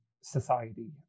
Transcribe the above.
society